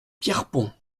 pierrepont